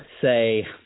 say